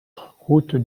route